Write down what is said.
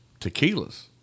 tequilas